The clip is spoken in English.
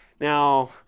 Now